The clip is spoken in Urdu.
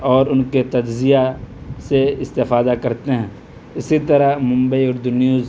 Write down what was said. اور ان کے تجزیہ سے استفادہ کرتے ہیں اسی طرح ممبئی اردو نیوز